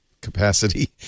capacity